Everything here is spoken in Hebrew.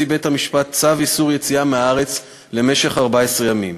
הוציא בית-המשפט צו איסור יציאה מהארץ למשך 14 ימים.